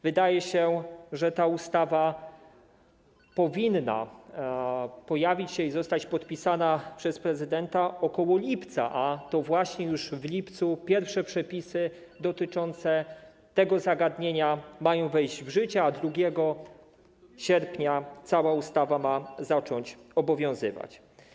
Wydaje się, że ta ustawa powinna pojawić się i zostać podpisana przez prezydenta około lipca, a to właśnie już w lipcu pierwsze przepisy dotyczące tego zagadnienia mają wejść w życie, a 2 sierpnia cała ustawa ma zacząć obowiązywać.